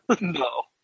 No